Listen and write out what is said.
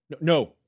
no